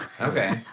Okay